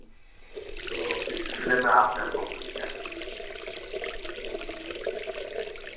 تو اس سلسلے میں آپ نے ہم کو فون کیا